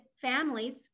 families